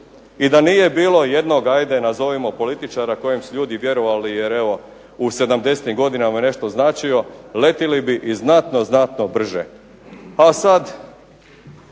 I da nije bilo jednog, ajde nazovimo političara kojem su ljudi vjerovali jer je evo u '70.-tim godinama nešto značio, letili bi i znatno, znatno brže. A sad